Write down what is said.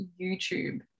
YouTube